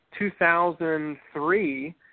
2003